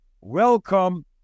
welcome